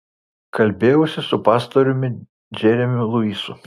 kalbėjausi su pastoriumi džeremiu luisu